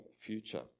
future